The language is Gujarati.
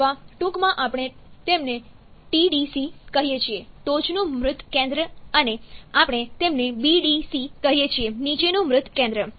અથવા ટૂંકમાં આપણે તેમને TDC કહીએ છીએ ટોચનું મૃત કેન્દ્ર અને આપણે તેમને BDC કહીએ છીએ નીચેનું મૃત કેન્દ્ર